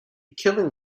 killing